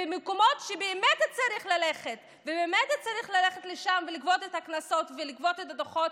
במקומות שבאמת צריך ללכת לשם ולגבות קנסות ולהטיל דוחות,